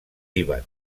líban